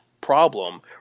problem